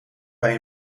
bij